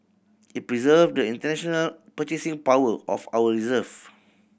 it preserve the international purchasing power of our reserve